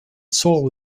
solve